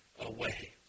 away